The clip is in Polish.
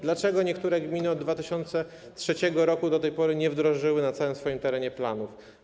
Dlaczego niektóre gminy od 2003 r. do tej pory nie wdrożyły na całym swoim terenie planów?